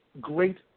great